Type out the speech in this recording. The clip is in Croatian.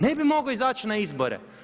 Ne bi mogao izaći na izbore.